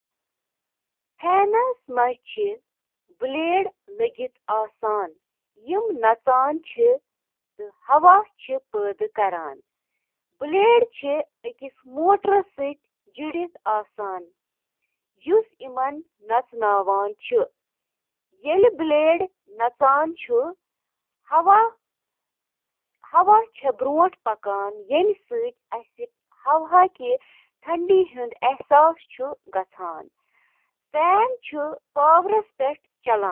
Hair dryer, چُھ اکھ electromechanical آلہ یُس نم مَس پیٹھ محیط یا گرم ہوا چُھ وایان تاکہِ مَس خۄشٕک کرنہٕ خٲطرٕ چُھ آبُک بخارات تیز گژھان۔ ڈرائر چِھ پرتھ سٹرینڈ اندر عارضی ہائیڈروجن بانڈن ہنٛز تشکیل تیز تہٕ کنٹرول کرتھ، مس ہنٛز شکل تہٕ اندازس پیٹھ بہتر کنٹرولس قٲبل بناوان۔